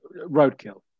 Roadkill